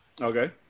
Okay